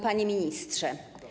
Panie Ministrze!